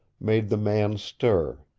made the man stir.